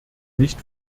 nicht